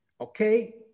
okay